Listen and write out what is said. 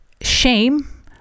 shame